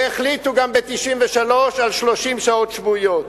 החליטו ב-1993 גם על 30 שעות שבועיות.